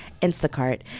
Instacart